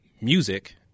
music